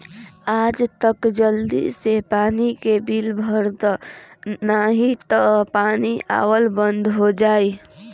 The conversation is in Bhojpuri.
आज तअ जल्दी से पानी के बिल भर दअ नाही तअ पानी आवल बंद हो जाई